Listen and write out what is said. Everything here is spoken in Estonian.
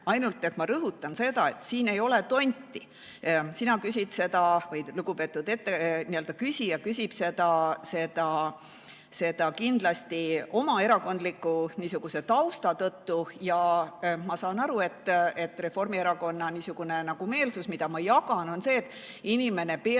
Ainult et ma rõhutan seda, et siin ei ole tonti. Sina küsid seda või lugupeetud küsija küsib seda kindlasti oma erakondliku tausta tõttu. Ma saan aru, et Reformierakonna meelsus, mida ma jagan, on see, et inimene peab